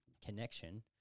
Connection